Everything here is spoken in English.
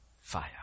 Fire